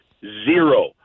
zero